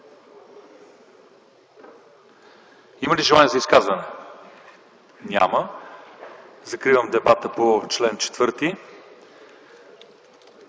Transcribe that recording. Има ли желание за изказване? Няма. Закривам дебатите по чл. 4.